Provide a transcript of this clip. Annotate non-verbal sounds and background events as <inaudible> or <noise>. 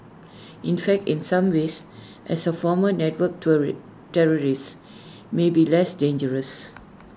in fact in some ways as A formal network <unintelligible> terrorists may be less dangerous